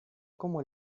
como